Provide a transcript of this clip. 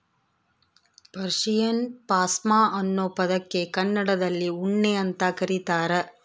Persian ಪಾಷ್ಮಾ ಅನ್ನೋ ಪದಕ್ಕೆ ಕನ್ನಡದಲ್ಲಿ ಉಣ್ಣೆ ಅಂತ ಕರೀತಾರ